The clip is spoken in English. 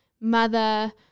mother